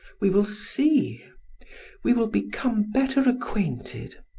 we will see we will become better acquainted.